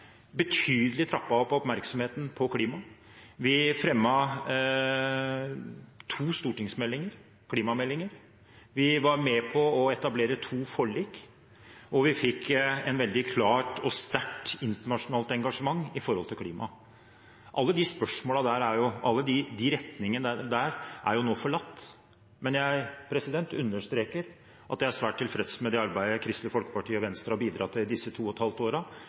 to stortingsmeldinger, klimameldinger. Vi var med på å etablere to forlik, og vi fikk et veldig klart – og sterkt – internasjonalt engasjement for klima. Alle de retningene er jo nå forlatt. Men jeg understreker at jeg er svært tilfreds med det arbeidet Kristelig Folkeparti og Venstre har bidratt med i disse to og et halvt